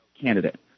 candidate